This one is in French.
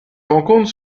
rencontre